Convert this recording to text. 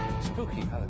Spooky